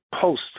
post